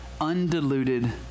undiluted